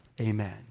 amen